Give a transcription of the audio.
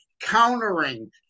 countering